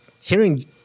hearing